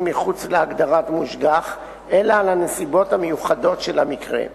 מחוץ להגדרת מושגח אלא על הנסיבות המיוחדות של המקרה.